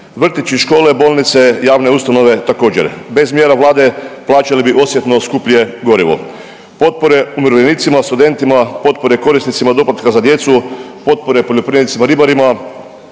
Vrtići, škole, bolnice, javne ustanove također bez mjera Vlade plaćali bi osjetno skuplje gorivo. Potpore umirovljenicima, studentima, potpore korisnicima doplatka za djecu, potpore poljoprivrednicima, ribarima